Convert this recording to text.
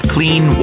Clean